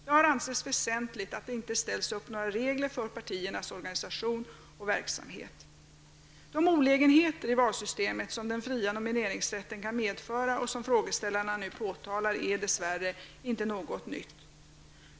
Det har ansetts väsentligt att det inte ställs upp några regler för partiernas organisation och verksamhet. De olägenheter i valsystemet som den fria nomineringsrätten kan medföra och som frågeställarna nu påtalar är dess värre inte något nytt.